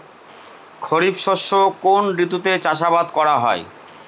খরিফ শস্য কোন ঋতুতে চাষাবাদ করা হয়?